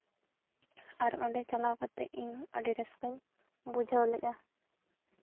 ᱟᱨ ᱚᱸᱰᱮ ᱪᱟᱞᱟᱣ ᱠᱟᱛᱮ ᱤᱧ ᱟᱹᱰᱤ ᱨᱟᱹᱥᱠᱟᱹᱧ ᱵᱩᱡᱷᱟᱹᱣ ᱞᱮᱜᱼᱟ